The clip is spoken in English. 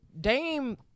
Dame